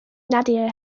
nadia